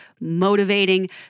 motivating